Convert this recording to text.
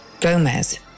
Gomez